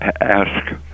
ask